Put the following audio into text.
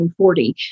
1940